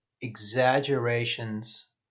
exaggerations